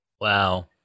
Wow